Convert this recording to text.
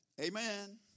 Amen